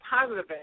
positive